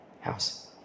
house